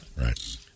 right